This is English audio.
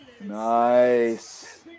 Nice